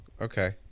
Okay